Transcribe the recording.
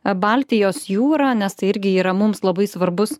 baltijos jūrą nes tai irgi yra mums labai svarbus